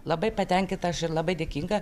labai patenkinta aš ir labai dėkinga